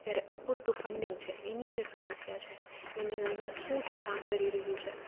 ત્યારે અપૂરતું ફંડિંગ છે એની જે સમસ્યા છે એને લઈને શું શું કામ કરી રહ્યું છે